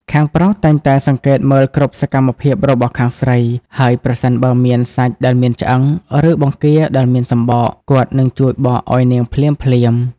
ខាងប្រុសតែងតែសង្កេតមើលគ្រប់សកម្មភាពរបស់ខាងស្រី ហើយប្រសិនបើមានសាច់ដែលមានឆ្អឹង ឬបង្គាដែលមានសំបក គាត់នឹងជួយបកឱ្យនាងភ្លាមៗ។